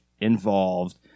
involved